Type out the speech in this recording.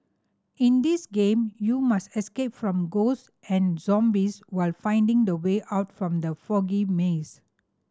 in this game you must escape from ghosts and zombies while finding the way out from the foggy maze